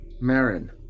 Marin